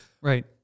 Right